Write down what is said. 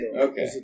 Okay